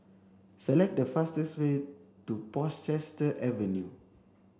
select the fastest way to Portchester Avenue